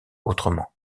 autrement